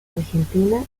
argentina